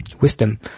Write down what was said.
wisdom